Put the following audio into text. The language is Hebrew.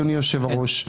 אדוני יושב-הראש,